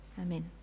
Amen